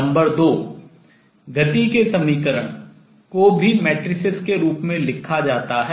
number 2 गति के समीकरण को भी matrices आव्यूहों के रूप में लिखा जाता है